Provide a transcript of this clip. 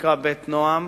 שנקרא "בית נועם".